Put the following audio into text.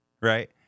right